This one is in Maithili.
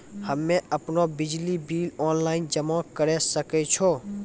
हम्मे आपनौ बिजली बिल ऑनलाइन जमा करै सकै छौ?